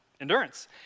endurance